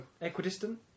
Equidistant